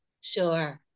sure